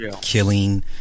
killing